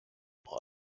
part